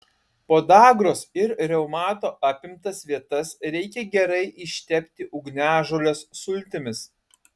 podagros ir reumato apimtas vietas reikia gerai ištepti ugniažolės sultimis